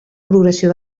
progressió